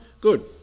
Good